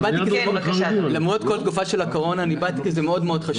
באתי, למרות התקופה של הקורונה כי זה מאוד חשוב.